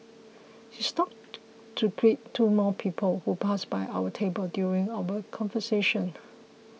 he stops to greet two more people who pass by our table during our conversation